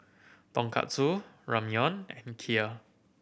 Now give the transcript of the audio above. Tonkatsu Ramyeon and Kheer